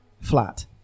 flat